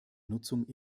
nutzung